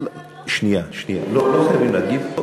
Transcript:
שנייה, לא חייבים להגיב.